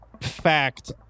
fact